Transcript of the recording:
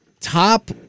Top